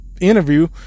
interview